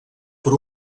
per